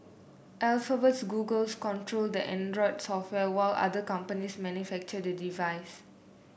Alphabet's Google's control the Android software while other companies manufacture the device